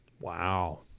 Wow